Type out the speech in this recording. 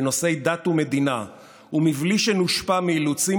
בנושאי דת ומדינה ובלי שנושפע מאילוצים